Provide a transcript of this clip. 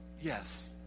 yes